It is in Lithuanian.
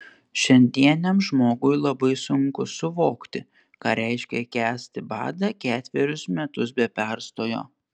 šiandieniam žmogui labai sunku suvokti ką reiškia kęsti badą ketverius metus be perstojo